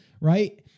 right